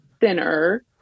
thinner